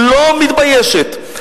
לא מתביישת,